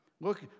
Look